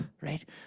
right